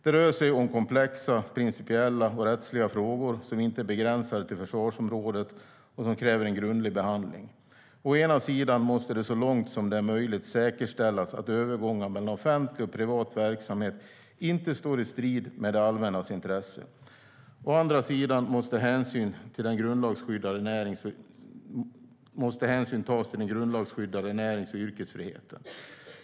Det rör sig om komplexa principiella och rättsliga frågor som inte är begränsade till försvarsområdet och som kräver en grundlig behandling. Å ena sidan måste det så långt som det är möjligt säkerställas att övergångar mellan offentlig och privat verksamhet inte står i strid med det allmännas intresse. Å andra sidan måste hänsyn tas till den grundlagsskyddade närings och yrkesfriheten.